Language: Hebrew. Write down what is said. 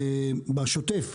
בשוטף,